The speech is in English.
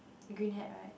green hat right